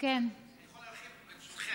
אני יכול להרחיב, ברשותכם.